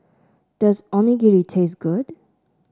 does Onigiri taste good